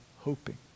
hoping